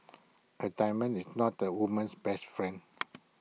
A diamond is not A woman's best friend